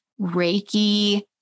reiki